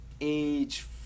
age